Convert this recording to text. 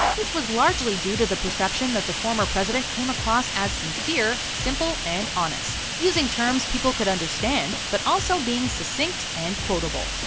this was largely due to the perception that the former president came across as sincere, simple and honest, using terms people could understand, but also being succint and quotable.